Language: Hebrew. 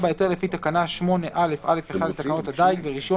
(54)היתר לפי תקנה 8(א)(א1) לתקנות הדיג,